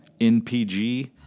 NPG